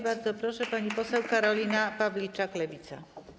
Bardzo proszę, pani poseł Karolina Pawliczak, Lewica.